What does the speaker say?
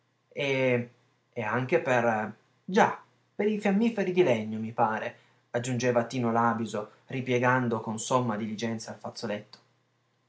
e e anche per già per i fiammiferi di legno mi pare aggiungeva tino làbiso ripiegando con somma diligenza il fazzoletto